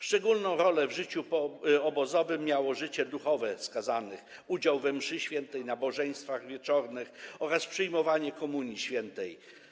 Szczególną rolę w życiu obozowym miało życie duchowe skazanych: udział we mszy świętej, nabożeństwach wieczornych oraz przyjmowanie komunii świętej.